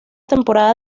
temporada